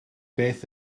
beth